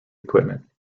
equipment